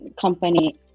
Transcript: company